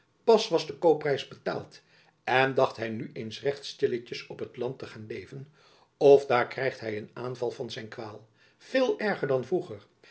pas was de koopprijs betaald en dacht hy nu eens recht stilletjens op het land te gaan leven of daar krijgt hy een aanval van zijn kwaal veel erger dan vroeger